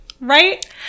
right